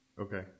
Okay